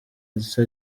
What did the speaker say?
ndetse